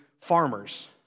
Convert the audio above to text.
farmers